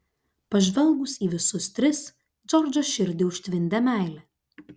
pažvelgus į visus tris džordžo širdį užtvindė meilė